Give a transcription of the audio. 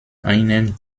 einen